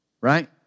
right